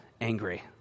angry